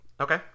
Okay